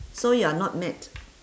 so you're not mad